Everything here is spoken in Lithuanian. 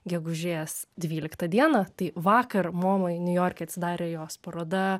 gegužės dvyliktą dieną tai vakar mo niujorke atsidarė jos paroda